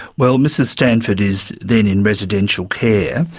well, mrs stanford is then in residential care,